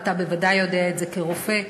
ואתה בוודאי יודע את זה כרופא,